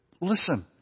Listen